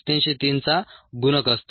303 चा गुणक असतो